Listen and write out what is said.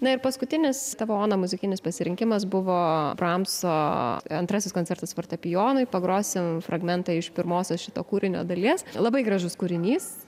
na ir paskutinis tavo ona muzikinis pasirinkimas buvo bramso antrasis koncertas fortepijonui pagrosim fragmentą iš pirmosios šito kūrinio dalies labai gražus kūrinys